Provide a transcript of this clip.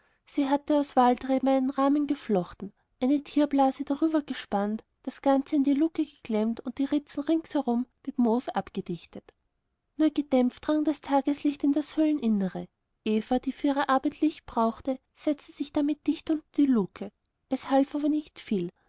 sie hatte aus waldreben einen rahmen geflochten eine tierblase darübergespannt das ganze in die luke geklemmt und die ritzen ringsherum mit moos abgedichtet nur gedämpft drang das tageslicht in das höhleninnere eva die für ihre arbeit licht brauchte setzte sich damit dicht unter die luke es half nicht viel